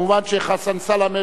מובן שחסן סלאמה